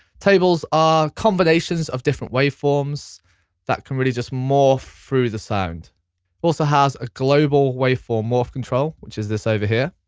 tables are combinations of different waveforms that can really just morph through the sound. it also has a global waveform morph control, which is this over here.